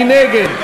מי נגד?